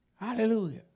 Hallelujah